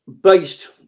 based